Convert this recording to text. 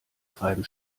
treiben